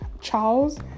Charles